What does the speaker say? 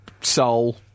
Soul